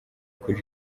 kuri